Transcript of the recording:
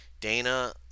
Dana